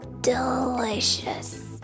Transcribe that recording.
Delicious